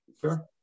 Sure